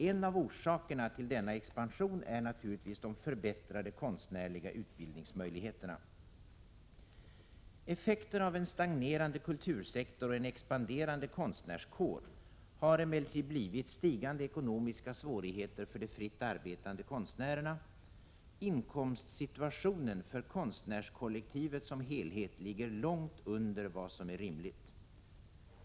En av orsakerna till denna expansion är naturligtvis de förbättrade utbildningsmöjligheterna för konstnärerna. Effekten av en stagnerande kultursektor och en expanderande konstnärskår har emellertid blivit stigande ekonomiska svårigheter för de fritt arbetande konstnärerna. Inkomstnivån för konstnärskollektivet som helhet ligger långt under vad som är rimligt.